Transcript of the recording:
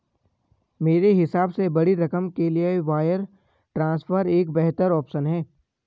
मेरे हिसाब से बड़ी रकम के लिए वायर ट्रांसफर एक बेहतर ऑप्शन है